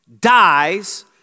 dies